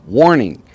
warning